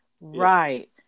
right